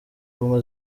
ubumwe